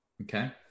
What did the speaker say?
Okay